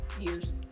years